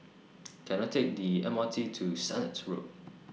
Can I Take The M R T to Sennett Road